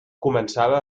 començava